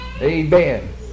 Amen